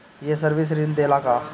ये सर्विस ऋण देला का?